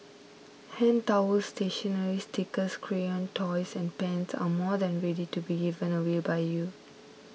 hand towels stationery stickers crayons toys and pens are more than ready to be given away by you